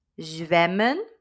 zwemmen